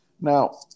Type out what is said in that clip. Now